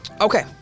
Okay